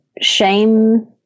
shame